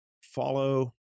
follow